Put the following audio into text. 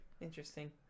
Interesting